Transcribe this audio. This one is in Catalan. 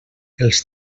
els